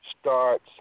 starts